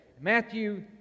Matthew